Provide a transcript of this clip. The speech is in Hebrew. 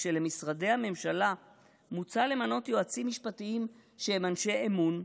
כשלמשרדי הממשלה מוצע למנות יועצים משפטיים שהם אנשי אמון,